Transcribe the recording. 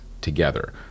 together